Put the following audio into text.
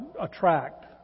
attract